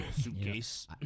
Suitcase